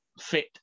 fit